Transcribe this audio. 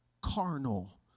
carnal